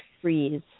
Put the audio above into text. freeze